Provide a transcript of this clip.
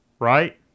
Right